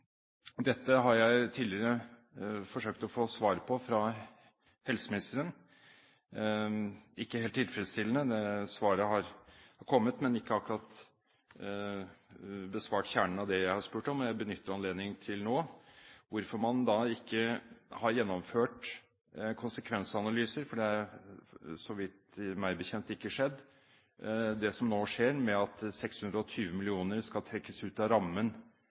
Dette har jeg tidligere forsøkt å få svar på fra helseministeren – ikke helt tilfredsstillende svar. Svaret har kommet, men hun har ikke akkurat besvart kjernen av det jeg har spurt om. Og jeg benytter anledningen nå til å spørre hvorfor man ikke har gjennomført konsekvensanalyser. Det har meg bekjent ikke skjedd. Det som nå skjer, er at 620 mill. kr skal trekkes ut av rammen